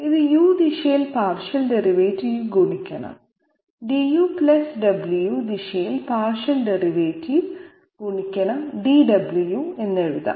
ഇത് u ദിശയിൽ പാർഷ്യൽ ഡെറിവേറ്റീവ് ഗുണിക്കണം du w ദിശയിൽ പാർഷ്യൽ ഡെറിവേറ്റീവ് ഗുണിക്കണം dw എന്നെഴുതാം